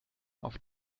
auf